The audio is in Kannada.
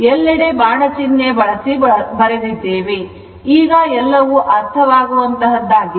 ಎಲ್ಲೆಡೆ ಬಾಣಚಿಹ್ನೆ ಬಳಸಿ ಬರೆದಿದ್ದೇವೆ ಈಗ ಎಲ್ಲವೂ ಅರ್ಥವಾಗುವಂತಹದ್ದಾಗಿದೆ